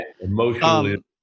emotionally –